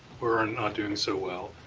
we're not doing so well,